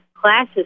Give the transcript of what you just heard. classes